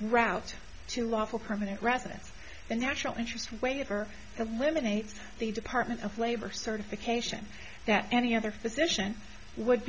route to lawful permanent residence and national interest waiver eliminates the department of labor certification that any other physician would